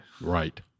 right